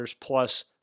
plus